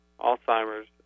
alzheimer's